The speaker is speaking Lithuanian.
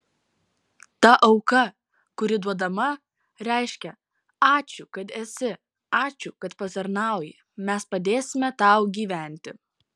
ta auka kuri duodama reiškia ačiū kad esi ačiū kad patarnauji mes padėsime tau gyventi